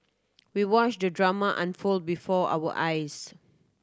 we watched the drama unfold before our eyes